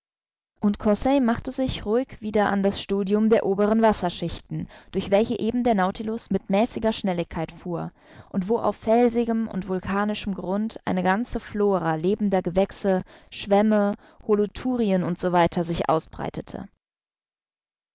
und conseil machte sich ruhig wieder an das studium der oberen wasserschichten durch welche eben der nautilus mit mäßiger schnelligkeit fuhr und wo auf felsigem und vulkanischem grund eine ganze flora lebender gewächse schwämme holothurien u s w sich ausbreitete